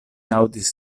aŭdis